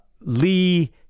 Lee